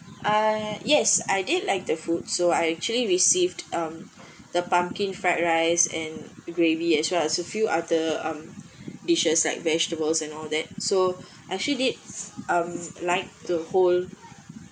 uh yes I did like the food so I actually received um the pumpkin fried rice and gravy as well as a few other um dishes like vegetables and all that so I actually did um like the whole